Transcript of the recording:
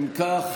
אם כך,